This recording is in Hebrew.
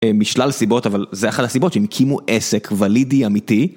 משלל סיבות אבל זה אחד הסיבות שהם הקימו עסק ולידי אמיתי.